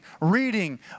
reading